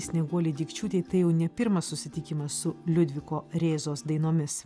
snieguolei dikčiūtei tai jau ne pirmas susitikimas su liudviko rėzos dainomis